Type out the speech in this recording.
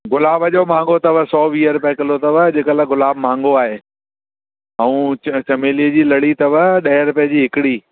गुलाब जो महांगो अथव सौ वीह रुपिया किलो अथव अॼुकल्ह गुलाब महांगो आहे ऐं चमेली जी लड़ी अथव ॾह रुपए जी हिकिड़ी